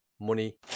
money